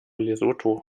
lesotho